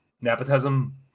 nepotism